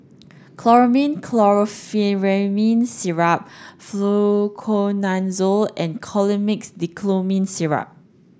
Chlormine Chlorpheniramine Syrup Fluconazole and Colimix Dicyclomine Syrup